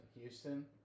Houston